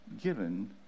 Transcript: given